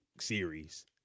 series